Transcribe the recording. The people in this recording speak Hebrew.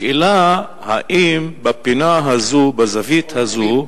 השאלה אם בפינה הזאת, בזווית הזאת,